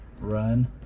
run